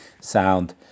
sound